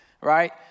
right